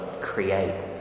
create